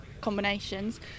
combinations